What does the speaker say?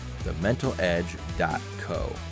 thementaledge.co